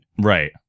Right